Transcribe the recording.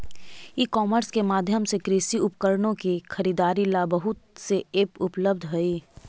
ई commerce के माध्यम से कृषि उपकरणों की खरीदारी ला बहुत से ऐप उपलब्ध हई